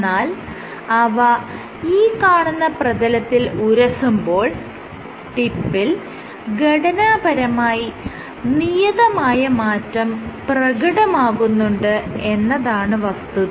എന്നാൽ അവ ഈ കാണുന്ന പ്രതലത്തിൽ ഉരസുമ്പോൾ ടിപ്പിൽ ഘടനാപരമായി നിയതമായ മാറ്റം പ്രകടമാകുന്നുണ്ട് എന്നതാണ് വസ്തുത